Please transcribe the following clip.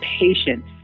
Patience